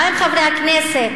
האם חברי הכנסת,